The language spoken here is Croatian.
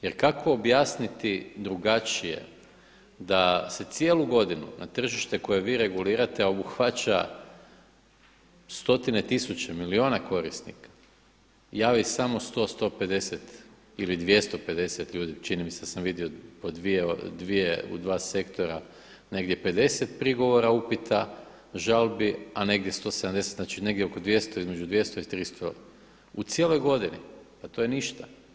Jer kako objasniti drugačije da se cijelu godinu na tržište koje vi regulirate obuhvaća stotine tisuća milijuna korisnika, javi samo 100, 150 ili 250 ljudi, čini mi se da sam vidio u dva sektora negdje 50 prigovora, upita, žalbi, a negdje 170 znači negdje oko 200 između 200 i 300 u cijeloj godini, pa to je ništa.